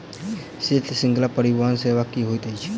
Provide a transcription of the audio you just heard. शीत श्रृंखला परिवहन सेवा की होइत अछि?